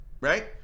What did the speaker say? right